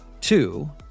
Two